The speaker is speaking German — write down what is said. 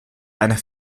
einer